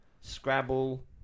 Scrabble